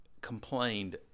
complained